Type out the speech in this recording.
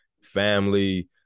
family